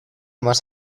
más